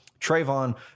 Trayvon